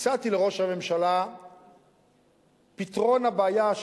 הצעתי לראש הממשלה פתרון לבעיה.